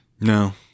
No